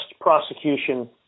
prosecution